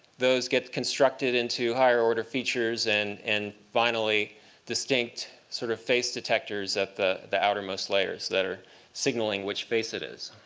those get constructed into higher order features, and and finally distinct sort of face detectors at the the outermost layers that are signaling which face it is.